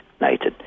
Nathan